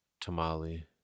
Tamale